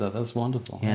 ah that's wonderful.